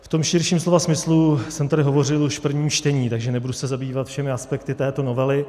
V tom širším slova smyslu jsem tady hovořil už v prvním čtení, takže nebudu se zabývat všemi aspekty této novely.